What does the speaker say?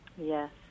Yes